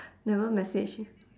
never message you